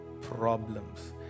problems